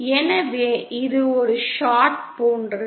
எனவே இது ஒரு ஷார்ட் போன்றது